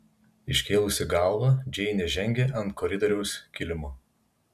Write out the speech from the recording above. iškėlusi galvą džeinė žengė ant koridoriaus kilimo